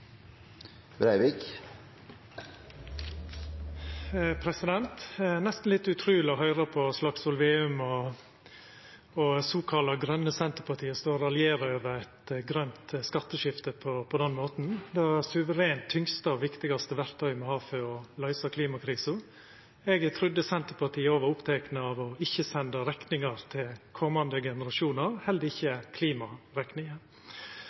nesten litt utruleg å høyra Slagsvold Vedum og det såkalla grøne Senterpartiet stå og raljera over eit grønt skatteskifte på den måten. Det er det suverent tyngste og viktigaste verktøyet me har for å løysa klimakrisa. Eg trudde Senterpartiet òg var opptekne av ikkje å senda rekninga til komande generasjonar, heller